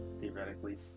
theoretically